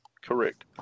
Correct